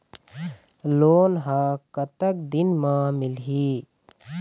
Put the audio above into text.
Loan ह कतक दिन मा मिलही?